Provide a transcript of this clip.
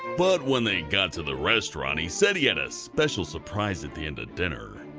but when they got to the restaurant he said he had a special surprise at the end of dinner.